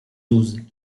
douze